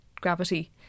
gravity